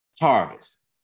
harvest